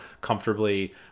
comfortably